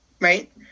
right